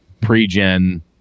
pre-gen